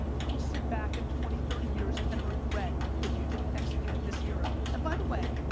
you will sit back in twenty, thirty years and regret if you didn't execute in this era, and, by the way,